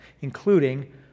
including